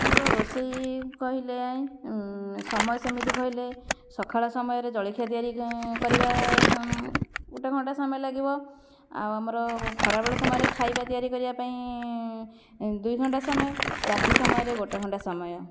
ମୋର ରୋଷେଇ କହିଲେ ସମୟ ସେମିତି କହିଲେ ସଖାଳ ସମୟରେ ଜଳିଖିଆ ତିଆରି କରିବା ଗୋଟେଘଣ୍ଟା ସମୟ ଲାଗିବ ଆଉ ଆମର ଖରାବେଳ ସମୟରେ ଖାଇବା ତିଆରି କରିବାପାଇଁ ଦୁଇଘଣ୍ଟା ସମୟ ରାତି ସମୟରେ ଗୋଟେଘଣ୍ଟା ସମୟ